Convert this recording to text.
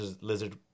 lizard